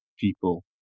people